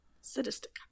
Sadistic